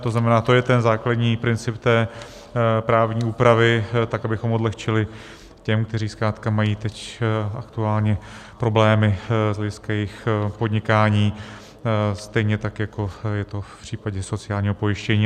To znamená, to je ten základní princip té právní úpravy, tak abychom odlehčili těm, kteří zkrátka mají teď aktuálně problémy z hlediska svého podnikání, stejně tak jako je to v případě sociálního pojištění.